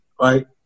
right